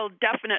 definite